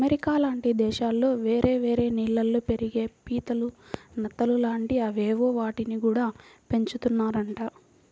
America లాంటి దేశాల్లో వేరే వేరే నీళ్ళల్లో పెరిగే పీతలు, నత్తలు లాంటి అవేవో వాటిని గూడా పెంచుతున్నారంట